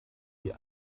die